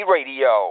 Radio